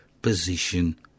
Position